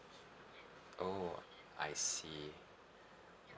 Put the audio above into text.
oh I see